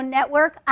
Network